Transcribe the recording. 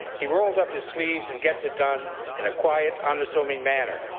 he rolls up his sleeves and gets it done in a quiet unassuming manner.